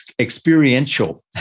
experiential